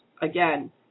again